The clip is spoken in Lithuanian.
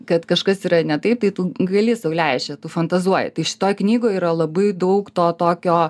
kad kažkas yra ne taip tai tu gali sau leist tu fantazuoji tai šitoj knygoj yra labai daug to tokio